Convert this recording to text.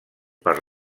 per